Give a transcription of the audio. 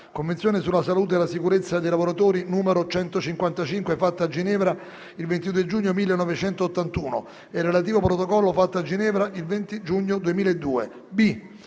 Convenzione sulla salute e la sicurezza dei lavoratori, n. 155, fatta a Ginevra il 22 giugno 1981, e relativo Protocollo, fatto a Ginevra il 20 giugno 2002;